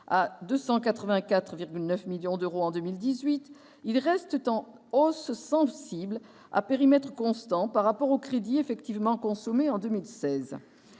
à 284,9 millions d'euros pour 2018, ils restent en hausse sensible, à périmètre constant, par rapport aux crédits effectivement consommés en 2016.